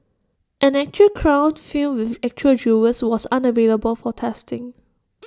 an actual crown filled with actual jewels was unavailable for testing